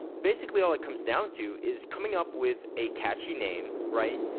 basically all it comes down to is coming up with a catchy name, right?